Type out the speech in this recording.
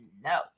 No